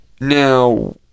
now